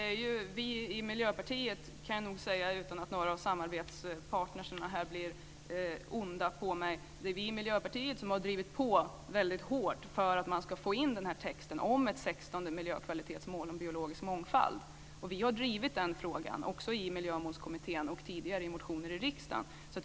Fru talman! Jag kan nog utan att mina samarbetskamrater blir onda på mig säga att det är vi i Miljöpartiet som har drivit på väldigt hårt för att man ska få in texten om ett 16:e miljökvalitetsmål om biologisk mångfald. Vi har också drivit den frågan i Miljömålskommittén och tidigare i motioner i riksdagen.